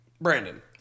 Brandon